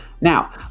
Now